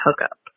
hookup